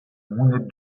mont